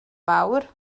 fawr